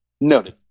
Noted